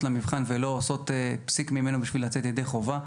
למבחן ולא עושות פסיק ממנו בשביל לצאת ידי חובה.